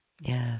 Yes